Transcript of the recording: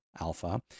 Alpha